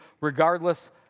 regardless